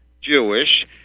Jewish